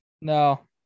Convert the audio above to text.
No